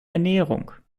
ernährung